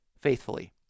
faithfully